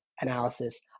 analysis